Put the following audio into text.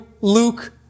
Luke